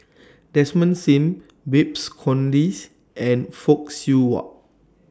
Desmond SIM Babes Conde and Fock Siew Wah